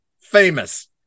famous